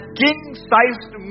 king-sized